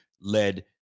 led